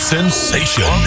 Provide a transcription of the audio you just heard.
Sensation